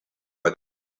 were